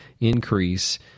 increase